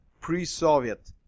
pre-Soviet